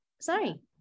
sorry